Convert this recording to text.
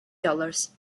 dollars